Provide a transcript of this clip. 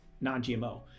non-GMO